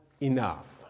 enough